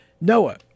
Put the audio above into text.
noah